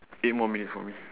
eight more minutes for me